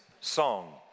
Song